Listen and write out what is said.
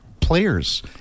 players